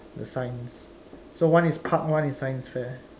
the signs so one is park one is science fair